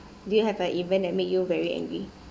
do you have an event that make you very angry